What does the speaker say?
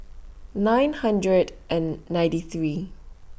nine hundred and ninety three